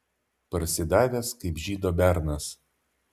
parsidavęs kaip žydo bernas